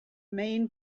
main